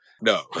No